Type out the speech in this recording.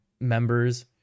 members